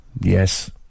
Yes